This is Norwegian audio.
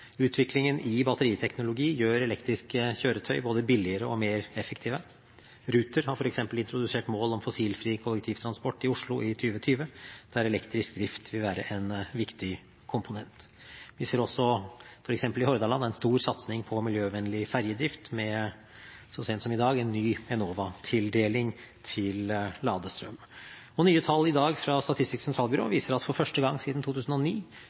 Utviklingen i batteriteknologi gjør elektriske kjøretøy både billigere og mer effektive. Ruter har f. eks. introdusert mål om fossilfri kollektivtransport i Oslo i 2020, der elektrisk drift vil være en viktig komponent. Vi ser også f.eks. i Hordaland en stor satsing på miljøvennlig ferjedrift, med så sent som i dag en ny Enova-tildeling til ladestrøm. Og nye tall i dag fra Statistisk sentralbyrå viser at for første gang siden 2009